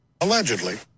Allegedly